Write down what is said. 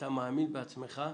שאתה מאמין בעצמך,